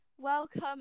welcome